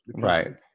Right